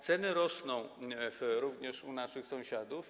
Ceny rosną również u naszych sąsiadów.